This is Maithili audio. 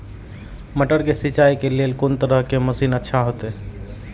मटर के सिंचाई के लेल कोन तरह के मशीन अच्छा होते?